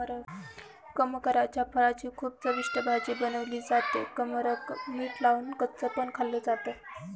कमरकाच्या फळाची खूप चविष्ट भाजी बनवली जाते, कमरक मीठ लावून कच्च पण खाल्ल जात